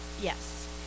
Yes